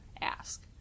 ask